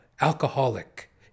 alcoholic